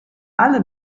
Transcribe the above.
alle